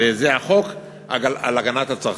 וזה חוק הגנת הצרכן.